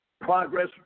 progress